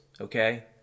okay